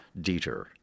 Dieter